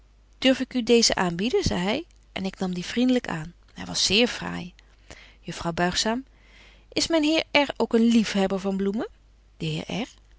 durf ik u deeze aanbieden zei hy en ik nam die vriendlyk aan hy was zeer fraai juffrouw buigzaam is myn heer r ook een liefhebber van bloemen